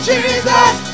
Jesus